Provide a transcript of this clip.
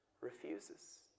refuses